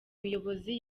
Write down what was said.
muyobozi